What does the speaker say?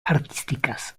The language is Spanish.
artísticas